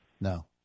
No